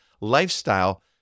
lifestyle